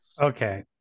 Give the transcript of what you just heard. okay